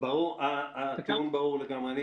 הטיעון ברור לגמרי.